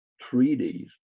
treaties